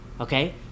okay